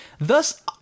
thus